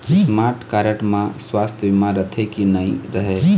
Smart card म सुवास्थ बीमा रथे की नई रहे?